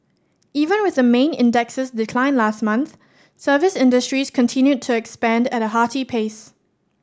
even with the main index's decline last month service industries continued to expand at a hearty pace